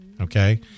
Okay